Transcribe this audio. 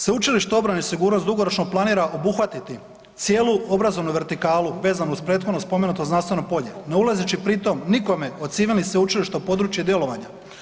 Sveučilište obrane i sigurnosti dugoročno planira obuhvatiti cijelu obrazovnu vertikalu vezanu uz prethodno spomenuto znanstveno polje, ne ulazeći pritom nikome od civilnih sveučilišta u područje djelovanja.